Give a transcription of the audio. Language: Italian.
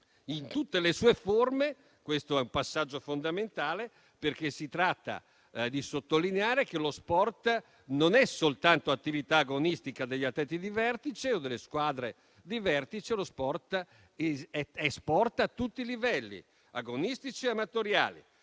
«in tutte le sue forme»: questo è un passaggio fondamentale, perché si tratta di sottolineare che lo sport non è soltanto attività agonistica degli atleti o delle squadre di vertice, ma è tale a tutti i livelli, agonistici o amatoriali.